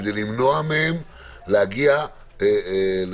כדי למנוע מהם להגיע למלוניות,